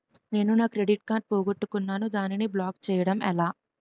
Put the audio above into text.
నేను నా credit card పోగొట్టుకున్నాను దానిని బ్లాక్ చేయడం ఎలా?